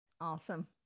Awesome